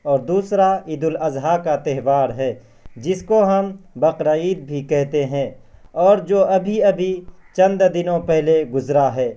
اور دوسرا عید الاضحیٰ کا تہوار ہے جس کو ہم بقرعید بھی کہتے ہیں اور جو ابھی ابھی چند دنوں پہلے گزرا ہے